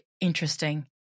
interesting